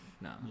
No